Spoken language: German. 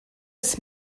des